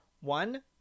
One